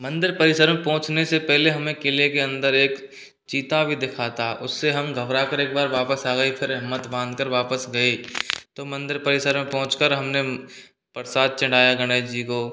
मंदिर परिसर में पहुँचने से पहले हमें किले के अंदर एक चीता भी दिखा था उससे हम घबरा कर एक बार वापस आ गए फिर हिम्मत बांधकर वापस गए तो मंदिर परिसर में पहुँचकर हमने प्रसाद चढ़ाया गणेश जी को